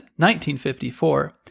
1954